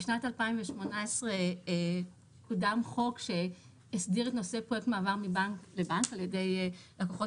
בשנת 2018 קודם חוק שהסדיר את נושא פרויקט מעבר מבנק לבנק על ידי לקוחות